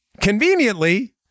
conveniently